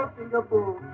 Singapore